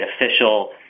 official